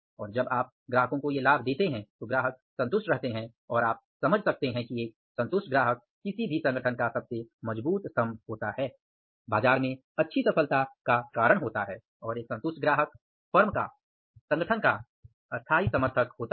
और जब आप ग्राहकों को ये लाभ देते हैं तो ग्राहक संतुष्ट रहते हैं और आप समझ सकते हैं कि एक संतुष्ट ग्राहक किसी भी संगठन का सबसे मजबूत स्तंभ होता है बाजार में अच्छी सफलता का कारण होता है और एक संतुष्ट ग्राहक फर्म का संगठन का स्थायी समर्थक होता है